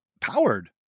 powered